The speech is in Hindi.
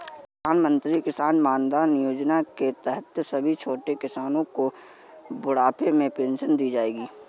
प्रधानमंत्री किसान मानधन योजना के तहत सभी छोटे किसानो को बुढ़ापे में पेंशन दी जाएगी